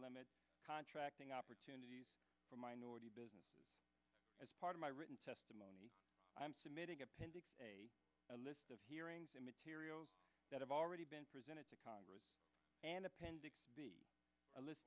limit contracting opportunities for minority business as part of my written testimony i'm submitting a pending a list of hearings and materials that have already been presented to congress and appendix